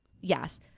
yes